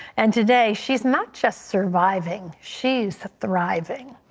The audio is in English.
and today she is not just surviving. she is thriving.